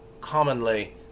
commonly